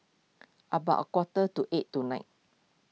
about a quarter to eight tonight